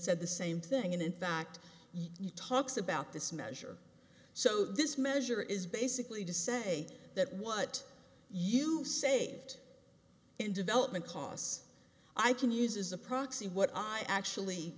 said the same thing and in fact you talks about this measure so this measure is basically to say that what you say in development costs i can use as a proxy what i actually